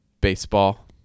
baseball